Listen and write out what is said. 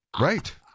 right